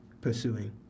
pursuing